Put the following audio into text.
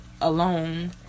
alone